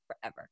forever